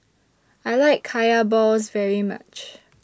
I like Kaya Balls very much